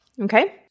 Okay